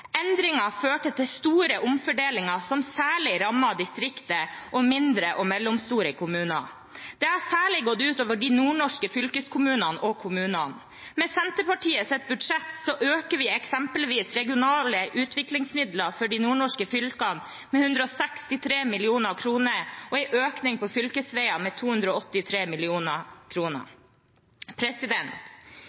førte til store omfordelinger som særlig rammet distriktet og mindre og mellomstore kommuner. Det har særlig gått ut over de nordnorske fylkeskommunene og kommunene. Med Senterpartiets budsjett øker vi eksempelvis regionale utviklingsmidler for de nordnorske fylkene med 163 mill. kr, og vi har en økning for fylkesveier med 283